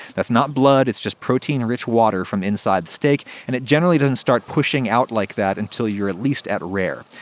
that's not blood. it's just protein-rich water from inside the steak, and it generally doesn't start pushing out like that until you're at least at rare.